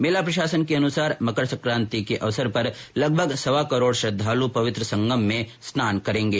मेला प्रशासन के अनुसार मकर संकांति पर लगभग सवा करोड़ श्रद्वालु पवित्र संगम में स्नान करेंगे